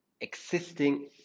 existing